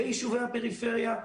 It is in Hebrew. ביישובי הפריפריה,